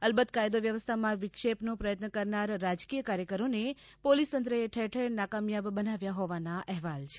અલબત કાયદો વ્યવસ્થામાં વિક્ષેપનો પ્રયત્ન કરનાર રાજકીય કાર્યકરોને પોલીસ તંત્રએ ઠેર ઠેર નાકામિયાબ બનાવ્યા હોવાના અહેવાલ છે